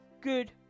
good